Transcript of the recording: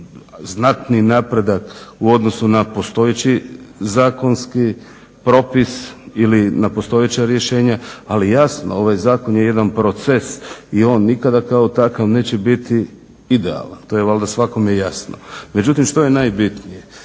znatni napredak u odnosu na postojeći zakonski propis ili na postojeća rješenja ali jasno, ovaj zakon je jedan proces i on nikada kao takav neće biti idealan, to je valjda svakome jasno. Međutim što je najbitnije?